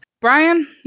Brian